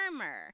armor